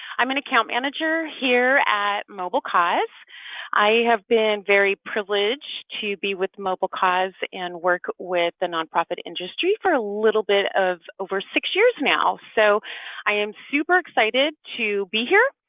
i'm an account manager here at mobilecause i have been very privileged to be with mobilecause and work with the nonprofit industry for a little bit of over six years now. so i am super excited to be here.